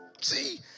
See